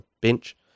bench